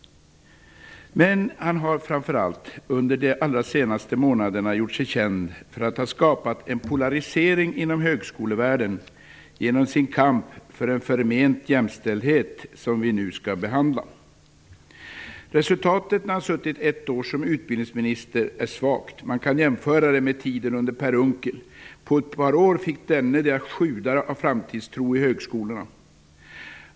Men Carl Tham har framför allt under de allra senaste månaderna gjort sig känd för att ha skapat en polarisering inom högskolevärlden genom sin kamp för en förment jämställdhet som vi nu skall behandla. Resultatet när Carl Tham har suttit ett år som utbildningsminister är svagt. Man kan jämföra med Per Unckels tid. På ett par år fick denne det att sjuda av framtidstro i högskolorna.